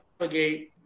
navigate